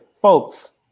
folks